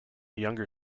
younger